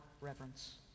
reverence